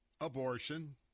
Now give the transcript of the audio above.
abortion